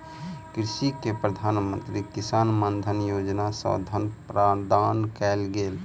कृषक के प्रधान मंत्री किसान मानधन योजना सॅ धनराशि प्रदान कयल गेल